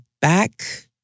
back